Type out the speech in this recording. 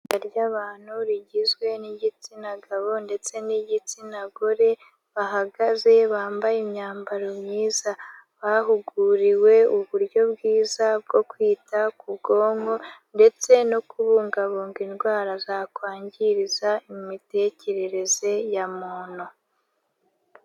Itsinda ry'abantu rigizwe n'igitsina gabo ndetse n'igitsina gore bahagaze, bambaye imyambaro myiza, bahuguriwe uburyo bwiza bwo kwita ku bwonko ndetse no kubungabunga indwara zakwangiza imitekerereze ya muntu.